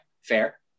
fair